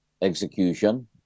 execution